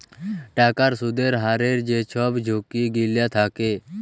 টাকার সুদের হারের যে ছব ঝুঁকি গিলা থ্যাকে